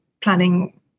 planning